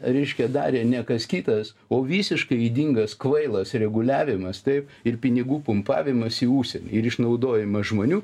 reiškia darė ne kas kitas o visiškai ydingas kvailas reguliavimas taip ir pinigų pumpavimas į užsienį ir išnaudojimas žmonių